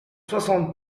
soixante